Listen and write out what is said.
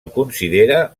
considera